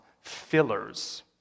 fillers